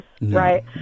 right